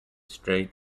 straight